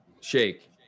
Shake